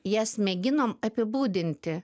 jas mėginom apibūdinti